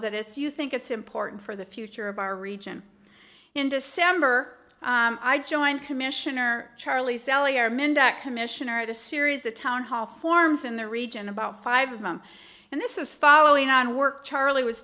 that it's you think it's important for the future of our region in december i joined commissioner charlie sally or mend a commissioner at a series of town hall forms in the region about five of them and this is following on worked charley was